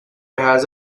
has